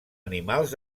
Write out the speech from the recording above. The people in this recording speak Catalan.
animals